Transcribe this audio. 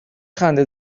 خنده